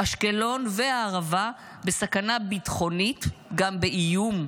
אשקלון והערבה בסכנה ביטחונית גם באיום,